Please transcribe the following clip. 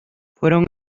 fueron